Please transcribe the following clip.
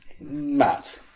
Matt